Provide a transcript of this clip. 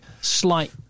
slight